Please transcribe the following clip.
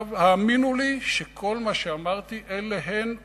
האמינו לי, שכל מה שאמרתי אלה הן עובדות,